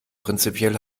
prinzipiell